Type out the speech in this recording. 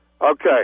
Okay